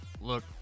look